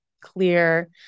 clear